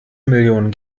millionen